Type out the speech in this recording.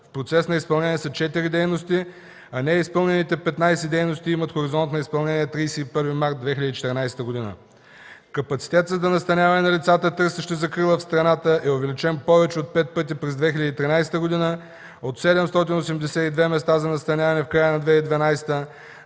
В процес на изпълнение са 4 дейности, а неизпълнените 15 дейности имат хоризонт на изпълнение 31 март 2014 г. Капацитетът за настаняване на лицата, търсещи закрила в страната, е увеличен повече от пет пъти през 2013 г. от 782 места за настаняване в края на 2012 г.